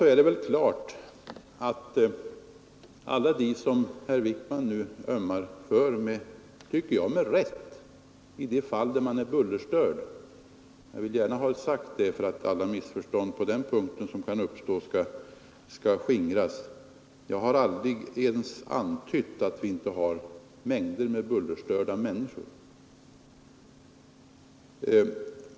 Herr Wijkman ömmar med rätt, tycker jag, för de människor som är bullerstörda. Jag vill gärna ha sagt det för att alla missförstånd som kan uppstå på den punkten skall skingras — och jag har aldrig ens antytt att vi inte har mängder av bullerstörda människor.